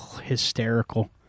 hysterical